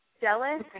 Jealous